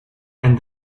and